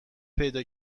پیدا